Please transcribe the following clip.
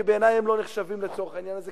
כי בעיני הם לא נחשבים לצורך העניין הזה,